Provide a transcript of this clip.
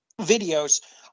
videos